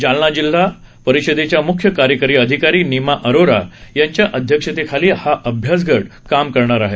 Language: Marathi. जालना जिल्हा परिषदेच्या मुख्य कार्यकारी अधिकारी निमा अरोरा यांच्या अध्यक्षतेखाली हा अभ्यासगट काम करणार आहे